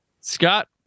Scott